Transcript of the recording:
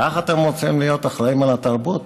ככה אתם רוצים להיות אחראים לתרבות?